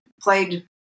played